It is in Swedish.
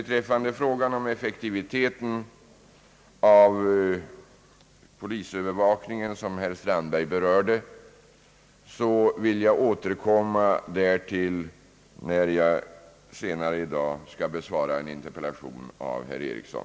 Till frågan om effektiviteten av polisövervakningen, som herr Strandberg berörde, vill jag återkomma när jag senare i dag skall besvara en interpellation av herr Eriksson.